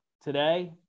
today